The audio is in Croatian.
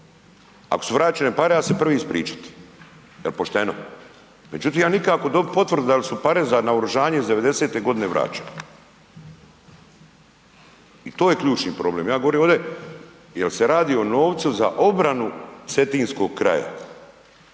ako su vraćene pare, ja ću se prvi ispričat, jel pošteno, međutim ja nikako dobit potvrdu dal su pare za naoružanje iz 90-te godine vraćene. I to je ključni problem, ja govorim ovdje, jer se radi o novcu za obranu cetinskog kraja,